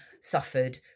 suffered